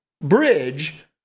bridge